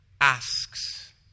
asks